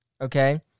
Okay